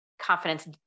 confidence